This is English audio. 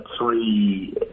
three